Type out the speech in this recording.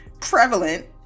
prevalent